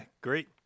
Great